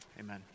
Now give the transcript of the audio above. Amen